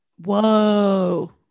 whoa